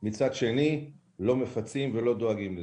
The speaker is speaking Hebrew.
מצד שני לא מפצים בגין זה.